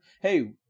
Hey